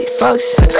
folks